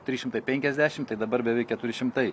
trys šimtai penkiasdešimt tai dabar beveik keturi šimtai